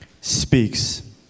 Speaks